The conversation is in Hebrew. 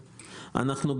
אנחנו,